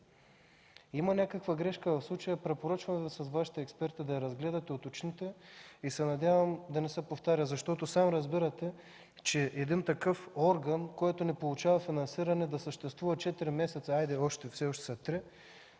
Има някаква грешка в случая. Препоръчвам Ви с Вашите експерти да я разгледате и уточните и се надявам да не се повтаря. Защото сам разбирате, че един такъв орган, който не получава финансиране, да съществува без финансиране четири месеца